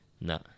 No